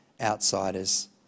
outsiders